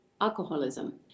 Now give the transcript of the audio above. alcoholism